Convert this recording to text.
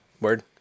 Word